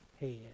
head